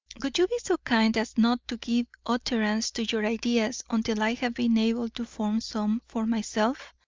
would you be so kind as not to give utterance to your ideas until i have been able to form some for myself?